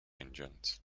engines